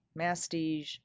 mastige